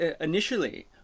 initially